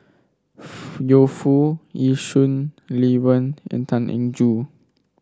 Yu Foo Yee Shoon Lee Wen and Tan Eng Joo